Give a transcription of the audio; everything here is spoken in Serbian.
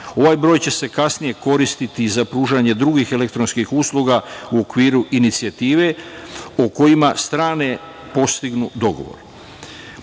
Ovaj broj će se kasnije koristiti i za pružanje drugih elektronskih usluga u okviru inicijative o kojima strane postignu dogovor. Pored